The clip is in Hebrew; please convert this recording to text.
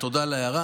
תודה על ההערה.